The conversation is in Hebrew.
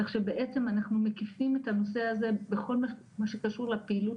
כך שבעצם אנחנו מקיפים את הנושא הזה בכל מה שקשור לפעילות